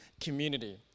community